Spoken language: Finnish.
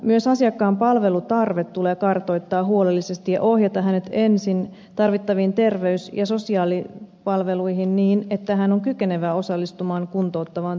myös asiakkaan palvelutarve tulee kartoittaa huolellisesti ja ohjata hänet ensin tarvittaviin terveys ja sosiaalipalveluihin niin että hän on kykenevä osallistumaan kuntouttavaan työtoimintaan